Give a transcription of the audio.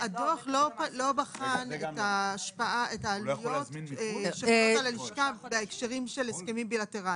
הדוח לא בחן את העלויות שחלות על הלשכה בהקשרים של הסכמים בילטרליים,